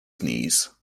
knees